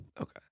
Okay